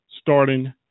starting